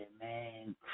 man